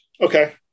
Okay